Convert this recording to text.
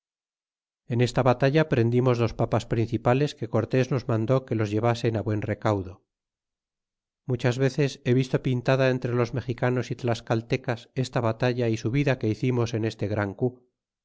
en esta batalla prendimos dos papas principales que cortés nos mandó que los llevasen á buen recaudo muchas veces he visto pintada entre los mexicanos y tlascaltecas esta batalla y subida que hicimos en este gran cu